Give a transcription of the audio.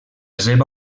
seva